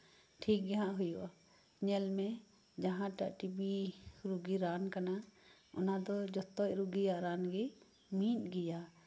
ᱴᱷᱤᱠ ᱜᱮ ᱦᱟᱸᱜ ᱦᱩᱭᱩᱜᱼᱟ ᱧᱮᱞ ᱢᱮ ᱡᱟᱦᱟᱸᱴᱟᱜ ᱴᱤ ᱵᱤ ᱨᱩᱜᱤ ᱨᱟᱱ ᱠᱟᱱᱟ ᱚᱱᱟ ᱫᱚ ᱡᱚᱛᱚ ᱨᱩᱜᱤᱭᱟᱜ ᱨᱟᱱᱜᱮ ᱢᱤᱫ ᱜᱮᱭᱟ